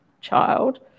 child